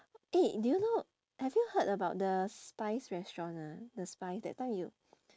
eh did you know have you heard about the spize restaurant ah the spize that time you